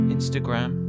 Instagram